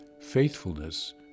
faithfulness